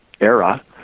era